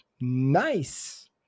nice